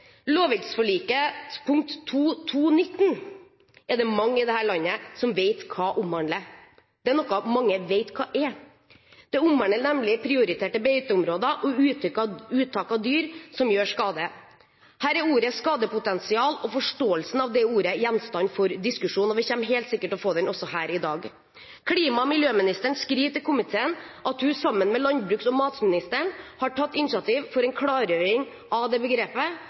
punkt 2.2.19 er det mange i dette landet som vet hva omhandler, det er noe mange vet hva er. Det omhandler nemlig prioriterte beiteområder og uttak av dyr som gjør skade. Her er ordet «skadepotensial» og forståelsen av det ordet gjenstand for diskusjon, og vi kommer helt sikkert til å få den også her i dag. Klima- og miljøministeren skriver til komiteen at hun sammen med landbruks- og matministeren har tatt initiativ til en klargjøring av det begrepet,